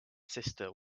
sister